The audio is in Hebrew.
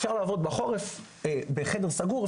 אפשר לעבוד בחורף בחדר סגור,